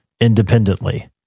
independently